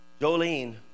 jolene